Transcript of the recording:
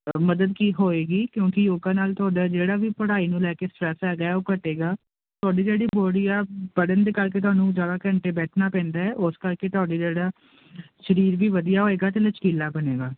ਮਦਦ ਕੀ ਹੋਵੇਗੀ ਕਿਉਂਕਿ ਯੋਗਾ ਨਾਲ ਤੁਹਾਡਾ ਜਿਹੜਾ ਵੀ ਪੜ੍ਹਾਈ ਨੂੰ ਲੈ ਕੇ ਸਟਰੈਸ ਹੈਗਾ ਉਹ ਘਟੇਗਾ ਤੁਹਾਡੀ ਜਿਹੜੀ ਬੋਡੀ ਆ ਪੜ੍ਹਨ ਦੇ ਕਰਕੇ ਤੁਹਾਨੂੰ ਜ਼ਿਆਦਾ ਘੰਟੇ ਬੈਠਣਾ ਪੈਂਦਾ ਉਸ ਕਰਕੇ ਤੁਹਾਡੀ ਜਿਹੜਾ ਸਰੀਰ ਵੀ ਵਧੀਆ ਹੋਵੇਗਾ ਅਤੇ ਲਚਕੀਲਾ ਬਣੇਗਾ